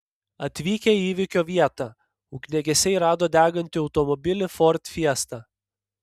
atvykę į įvykio vietą ugniagesiai rado degantį automobilį ford fiesta